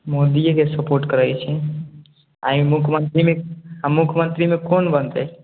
मोदीएके support करै छै आओर ई मुख्यमन्त्री आओर मुख्यमन्त्रीमे कोन बनतै